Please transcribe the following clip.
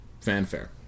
fanfare